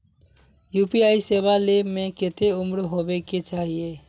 UPI सेवा ले में कते उम्र होबे के चाहिए?